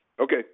okay